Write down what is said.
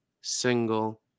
single